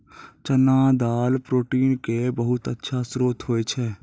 चना दाल प्रोटीन के बहुत अच्छा श्रोत होय छै